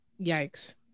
Yikes